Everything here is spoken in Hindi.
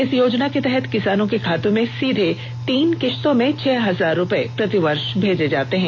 इस योजना के तहत किसानों के खातों में सीधे तीन किश्तों में छह हजार रूपये प्रतिवर्ष भेजे जाते हैं